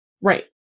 Right